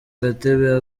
gatebe